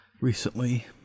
recently